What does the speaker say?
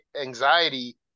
anxiety